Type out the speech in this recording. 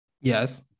Yes